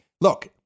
Look